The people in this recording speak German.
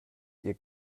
ihr